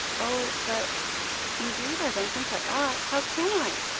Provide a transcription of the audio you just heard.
oh! but indeed i don't think i ought how can i?